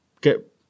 get